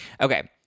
Okay